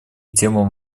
темам